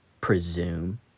presume